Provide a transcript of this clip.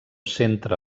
centre